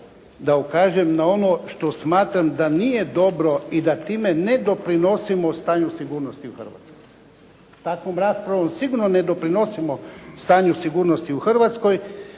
da ukažem na ono što smatram da nije dobro i da time ne doprinosimo stanju sigurnosti u Hrvatskoj. Takvom raspravom sigurno ne doprinosimo stanju sigurnosti u Hrvatskoj